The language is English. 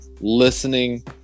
listening